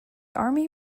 army